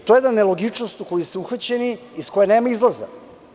To je jedna nelogičnost u koju ste uhvaćeni i iz koje nema izlaza.